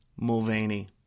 Mulvaney